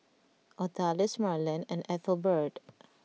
Odalis Marland and Ethelbert